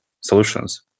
solutions